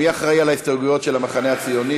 מי אחראי להסתייגויות של המחנה הציוני?